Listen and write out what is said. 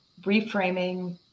reframing